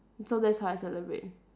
so that's how I celebrate